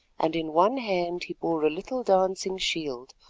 and in one hand he bore a little dancing shield,